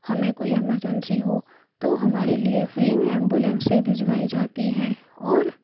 हमें कोई ईमरजेंसी हो तो हमारे लिए फ़्री में एम्बुलेंसे भिजवाई जाती हैं और